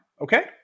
Okay